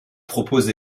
propose